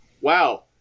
wow